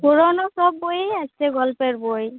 পুরোনো সব বইই আছে গল্পের বই